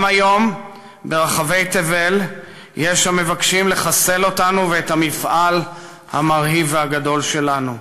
גם היום ברחבי תבל יש המבקשים לחסל אותנו ואת המפעל המרהיב והגדול שלנו.